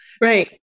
Right